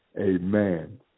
Amen